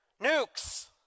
nukes